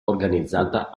organizzata